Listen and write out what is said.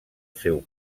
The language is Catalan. seu